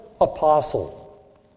apostle